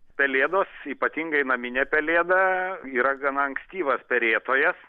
pelėdos ypatingai naminė pelėda yra gana ankstyvas perėtojas